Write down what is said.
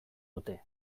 dute